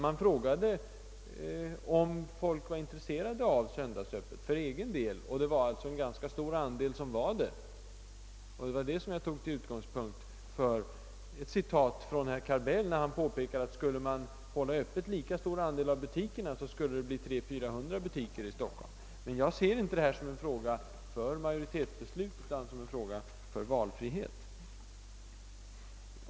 Man frågade om folk var intresserade av söndagsöppet för egen del, och det var alltså en ganska stor andel som var det. Detta tog jag till utgångspunkt för att citera herr Carbells påpekande, att skulle man hålla öppet i en lika stor andel av butikerna, så skulle det bli fråga om mellan 300 och 400 butiker i Stockholm. Men jag ser inte detta som en fråga för majoritetsbeslut utan som en fråga om valfrihet.